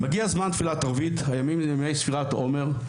מגיע זמן תפילת ערבית, הימים הם ימי ספירת העומר.